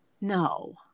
No